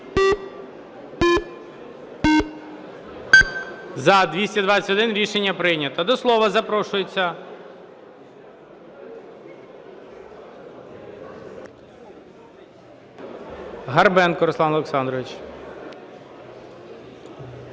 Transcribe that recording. За-221 Рішення прийнято. До слова запрошується Горбенко Руслан Олександрович.